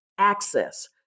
Access